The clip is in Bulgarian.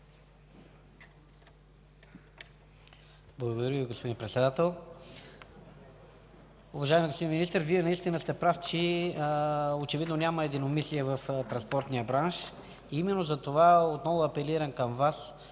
Благодаря Ви, господин Председател. Уважаеми господин Министър, Вие наистина сте прав, че очевидно няма единомислие в транспортния бранш. Именно затова отново апелирам към Вас